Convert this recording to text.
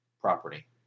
property